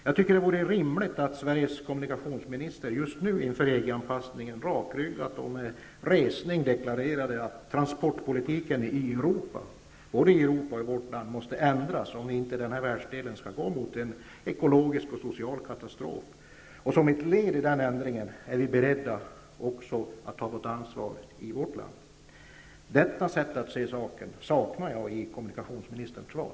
Jag tycker att det vore rimligt om Sveriges kommunikationsminister just nu inför EG anpassningen rakryggat och med resning deklarerade att transportpolitiken både i vårt land och i Europa måste ändras, om inte denna världsdel skall gå mot en ekologisk och social katastrof, och att vi som ett led i denna ändring är beredda att ta vårt ansvar i vårt land. Detta sätt att se saken saknar jag i kommunikationsministerns svar.